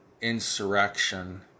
insurrection